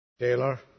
Taylor